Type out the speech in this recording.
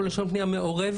או לשון פנייה מעורבת,